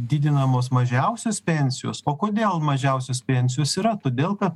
didinamos mažiausios pensijos o kodėl mažiausios pensijos yra todėl kad